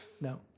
no